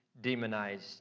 demonized